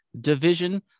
division